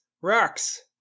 Rocks